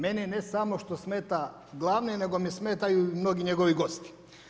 Meni ne samo što smeta glavni, nego mi smetaju i njegovi gosti.